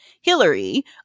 hillary